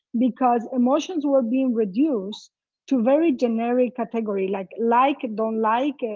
because emotions were being reduced to very generic category. like like, don't like,